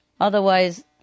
Otherwise